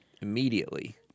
Immediately